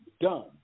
done